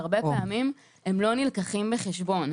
שהרבה פעמים לא נלקחים בחשבון.